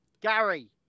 Gary